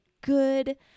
good